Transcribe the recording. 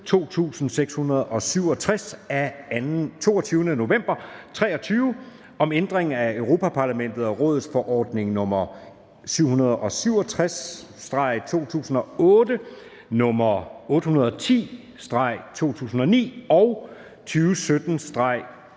2023/2667 af 22. november 2023 om ændring af Europa-Parlamentets og Rådets forordning (EF) nr. 767/2008, (EF) nr. 810/2009 og (EU)